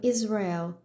Israel